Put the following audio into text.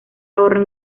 ahorro